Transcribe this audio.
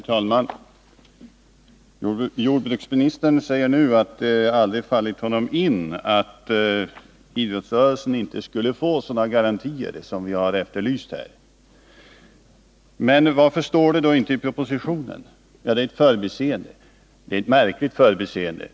Herr talman! Jordbruksministern säger nu att det aldrig fallit honom in att idrottsrörelsen inte skulle få sådana garantier som jag efterlyst här. Men varför står det inte i propositionen? Är det ett förbiseende? Det är i så fall märkligt.